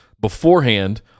beforehand